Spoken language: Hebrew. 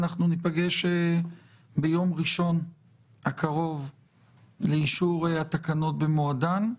ניפגש ביום ראשון הקרוב לאישור התקנות במועדן.